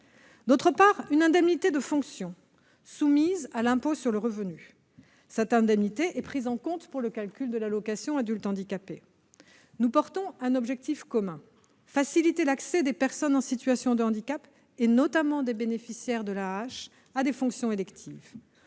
quant à elle, est soumise à l'impôt sur le revenu. Elle est prise en compte pour le calcul de l'allocation aux adultes handicapés. Nous avons un objectif commun : faciliter l'accès des personnes en situation de handicap, notamment des bénéficiaires de l'AAH, à des fonctions électives.